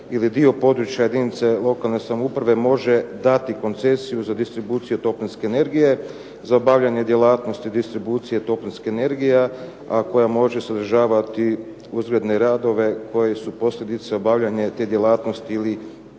ili dio područja jedinice lokalne samouprave može dati koncesiju za distribuciju toplinske energije, za obavljanje djelatnosti distribucije toplinske energije, a koja može sadržavati uzgredne radove koji su posljedica obavljanja te djelatnosti ili